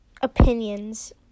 Opinions